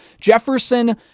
Jefferson